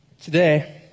Today